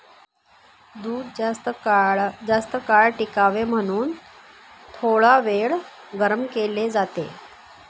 दूध जास्तकाळ टिकावे म्हणून थोडावेळ गरम केले जाते